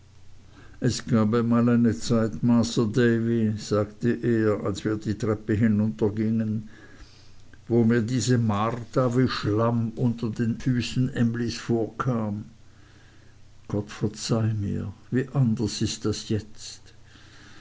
es gab einmal eine zeit masr davy sagte er als wir die treppe hinuntergingen wo mir diese marta wie schlamm unter meiner emly füßen vorkam gott verzeih mir wie anders ist das jetzt